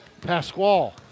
Pasquale